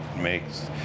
makes